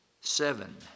seven